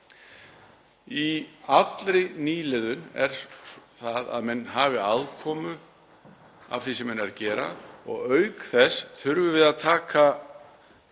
í allri nýliðun að menn hafi afkomu af því sem þeir eru að gera og auk þess þurfum við að taka